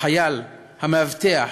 החייל, המאבטח,